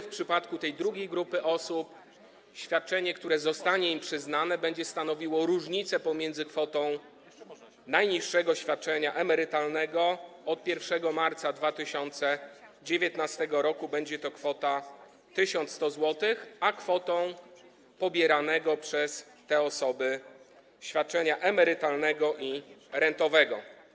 W przypadku tej drugiej grupy osób świadczenie, które zostanie im przyznane, będzie stanowiło różnicę pomiędzy kwotą najniższego świadczenia emerytalnego - od 1 marca 2019 r. będzie to kwota 1100 zł - a kwotą pobieranego przez te osoby świadczenia emerytalnego i rentowego.